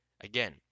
again